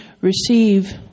receive